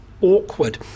awkward